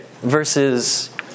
versus